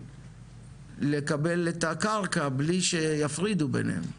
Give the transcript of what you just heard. לקבל את הקרקע בלי שיפרידו ביניהם?